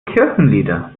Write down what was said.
kirchenlieder